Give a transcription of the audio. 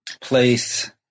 place